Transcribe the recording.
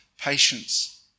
patience